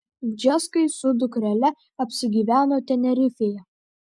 bžeskai su dukrele apsigyveno tenerifėje